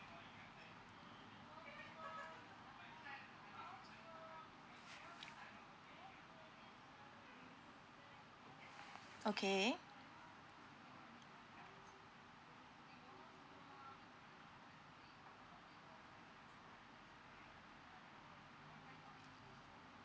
okay